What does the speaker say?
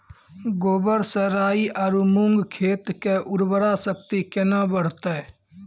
गोबर से राई आरु मूंग खेत के उर्वरा शक्ति केना बढते?